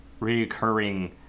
reoccurring